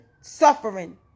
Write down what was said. suffering